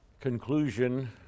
conclusion